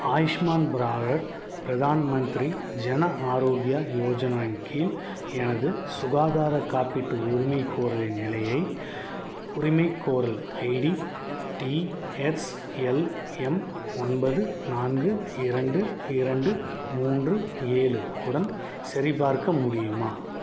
ஆயுஷ்மான் பிராரத் பிரதான் மந்திரி ஜன ஆரோக்ய யோஜனா இன் கீழ் எனது சுகாதாரக் காப்பீட்டு உரிமைக்கோரலின் நிலையை உரிமைக்கோரல் ID T X L M ஒன்பது நான்கு இரண்டு இரண்டு மூன்று ஏழு உடன் சரிபார்க்க முடியுமா